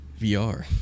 VR